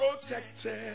protected